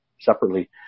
separately